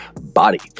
body